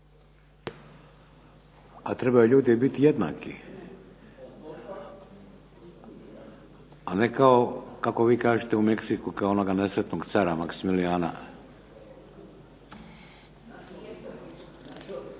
A trebaju ljudi biti jednaki, a ne kao kako vi kažete u Meksiku, kao onoga nesretnog cara Maksimilijana. Gospodin zastupnik Daniel Srb.